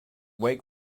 wake